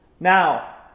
Now